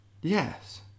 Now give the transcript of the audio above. Yes